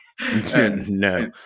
No